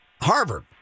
Harvard